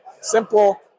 Simple